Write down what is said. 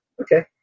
Okay